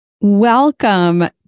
Welcome